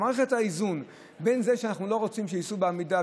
מערכת האיזון בין זה שאנחנו לא רוצים שייסעו בעמידה,